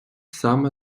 саме